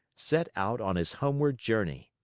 set out on his homeward journey.